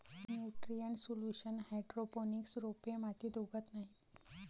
nutrient solution hydroponics रोपे मातीत उगवत नाहीत